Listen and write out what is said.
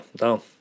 no